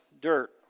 dirt